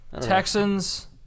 Texans